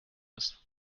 ist